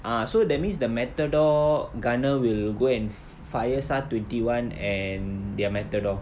ah so that means the matador gunner will go and fire S_A_R twenty one and their matador